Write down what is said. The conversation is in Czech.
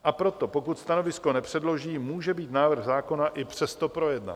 A proto, pokud stanovisko nepředloží, může být návrh zákona i přesto projednán.